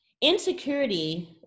Insecurity